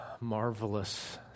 marvelous